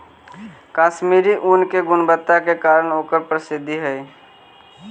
कश्मीरी ऊन के गुणवत्ता के कारण ओकर प्रसिद्धि हइ